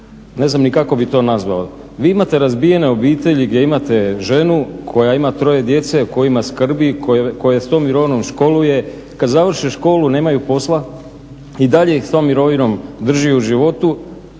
ne znam ni kako bi to nazvao, vi imate razbijene obitelji gdje imate ženu koja ima troje djece o kojima skrbi, koja s tom mirovinom školuje. Kada završe školu nemaju posla i dalje ih s tom mirovinom drži u životu